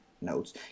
notes